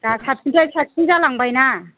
दा साबसिननिफ्राय साबसिन जालांबायना